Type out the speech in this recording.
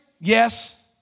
Yes